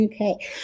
Okay